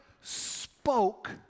spoke